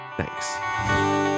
Thanks